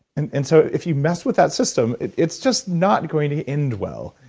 and and so if you mess with that system, it's just not going to end well.